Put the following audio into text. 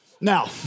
Now